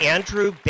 Andrew